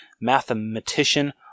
mathematician